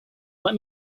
let